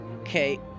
Okay